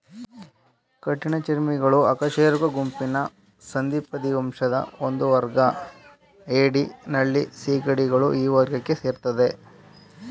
ಕಠಿಣಚರ್ಮಿಗಳು ಅಕಶೇರುಕ ಗುಂಪಿನ ಸಂಧಿಪದಿ ವಂಶದ ಒಂದುವರ್ಗ ಏಡಿ ನಳ್ಳಿ ಸೀಗಡಿಗಳು ಈ ವರ್ಗಕ್ಕೆ ಸೇರ್ತದೆ